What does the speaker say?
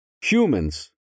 humans